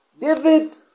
David